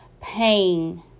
pain